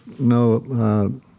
no